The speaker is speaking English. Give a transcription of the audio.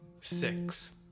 six